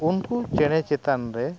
ᱩᱱᱠᱩ ᱪᱮᱬᱮ ᱪᱮᱛᱟᱱᱨᱮ